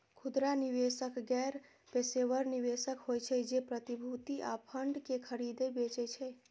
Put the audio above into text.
खुदरा निवेशक गैर पेशेवर निवेशक होइ छै, जे प्रतिभूति आ फंड कें खरीदै बेचै छै